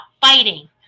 fighting